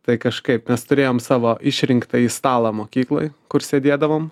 tai kažkaip mes turėjom savo išrinktąjį stalą mokykloj kur sėdėdavom